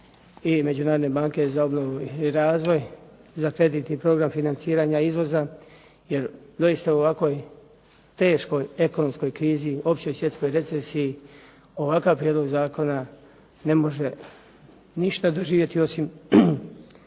i Međunarodne banke za obnovu i razvoj za kredit i program financiranja izvoza jer doista u ovako teškoj ekonomskoj krizi, općoj svjetskoj recesiji ovakav prijedlog zakona ne može ništa doživjeti osim